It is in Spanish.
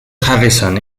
harrison